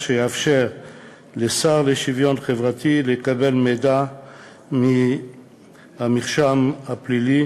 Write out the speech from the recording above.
שיאפשר לשר לשוויון חברתי לקבל מידע מהמרשם הפלילי